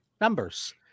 numbers